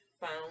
found